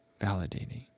validating